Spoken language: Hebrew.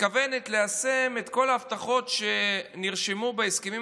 מתכוונת ליישם את כל ההבטחות שנרשמו בהסכמים